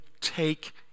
take